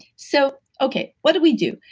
so okay. what do we do?